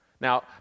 Now